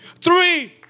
three